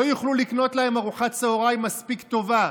לא יוכלו לקנות להם ארוחת צוהריים מספיק טובה,